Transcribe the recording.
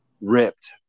ripped